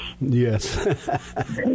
Yes